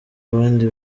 abandi